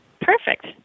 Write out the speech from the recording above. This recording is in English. Perfect